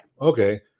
Okay